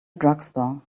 drugstore